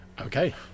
Okay